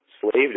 slaved